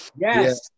yes